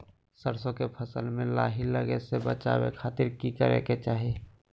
सरसों के फसल में लाही लगे से बचावे खातिर की करे के चाही?